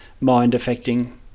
mind-affecting